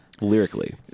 Lyrically